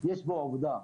יש פה עובדה,